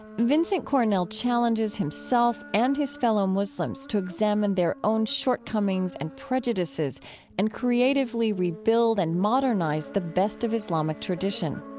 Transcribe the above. vincent cornell challenges himself and his fellow muslims to examine their own shortcomings and prejudices and creatively rebuild and modernize the best of islamic tradition.